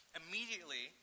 immediately